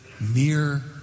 Mere